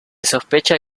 sospecha